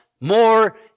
more